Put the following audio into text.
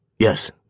Yes